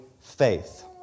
faith